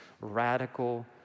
Radical